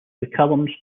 mccallum